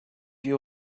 you